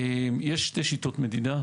יש שתי שיטות מדידה.